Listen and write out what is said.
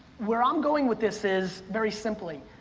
where i'm going with this is, very simply,